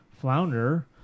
flounder